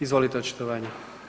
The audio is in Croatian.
Izvolite očitovanje.